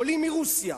עולים מרוסיה,